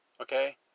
Okay